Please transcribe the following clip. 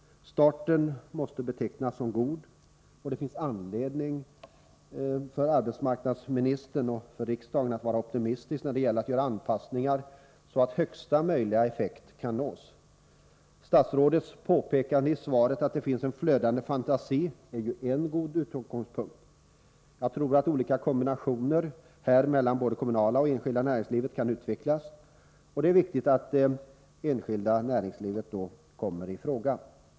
Starten måste betecknas som god, och det finns anledning för arbetsmarknadsministern och för riksdagen att vara optimistiska när det gäller att göra anpassningar så att högsta möjliga effekt kan nås. Statsrådets påpekande i svaret att det finns en flödande fantasi är ju en god utgångspunkt. Jag tror att olika kombinationer mellan både kommunerna och det enskilda näringslivet här kan utvecklas, och det är viktigt att det enskilda näringslivet då kommer i fråga.